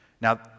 Now